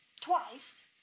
twice